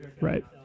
right